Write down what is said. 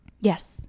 Yes